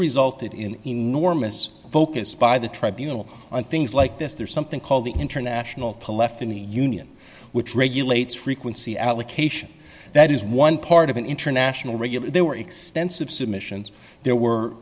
resulted in enormous focus by the tribunal on things like this there's something called the international to left in the union which regulates frequency allocation that is one part of an international regular there were extensive submissions there were